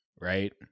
right